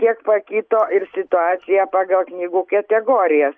kiek pakito ir situacija pagal knygų ketegorijas